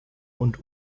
und